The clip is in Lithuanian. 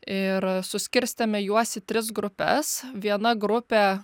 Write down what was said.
ir suskirstėme juos į tris grupes viena grupė